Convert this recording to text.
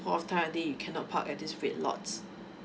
time of day you cannot park at this red lots